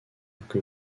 que